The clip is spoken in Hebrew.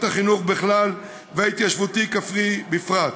החינוך בכלל וההתיישבותי-כפרי בפרט.